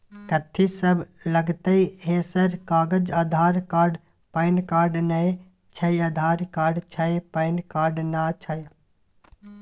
कथि सब लगतै है सर कागज आधार कार्ड पैन कार्ड नए छै आधार कार्ड छै पैन कार्ड ना छै?